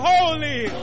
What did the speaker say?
Holy